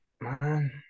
man